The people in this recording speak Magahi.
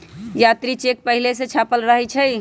जात्री चेक पहिले से छापल रहै छइ